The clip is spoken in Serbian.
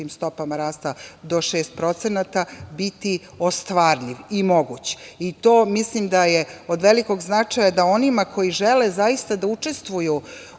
visokim stopama rasta do 6% biti ostvariv i moguć. To mislim da je od velikog značaja da onima koji žele zaista da učestvuju